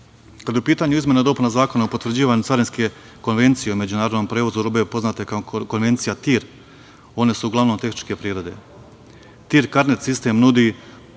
je u pitanju izmena i dopuna Zakona o potvrđivanju carinske konvencije o međunarodnom prevozu robe, poznate kao Konvencija TIM, one su uglavnom tehničke prirode. Taj TIM karnet sistem nudi prednosti